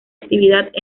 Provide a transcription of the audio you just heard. actividad